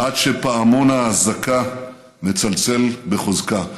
עד שפעמון האזעקה מצלצל בחוזקה.